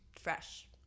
fresh